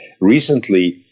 recently